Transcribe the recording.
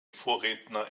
vorredner